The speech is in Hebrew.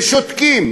ושותקים.